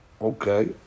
Okay